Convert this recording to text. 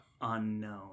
unknown